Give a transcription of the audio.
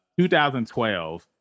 2012